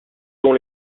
dont